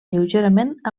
lleugerament